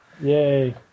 Yay